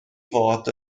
fod